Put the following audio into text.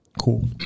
Cool